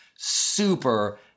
super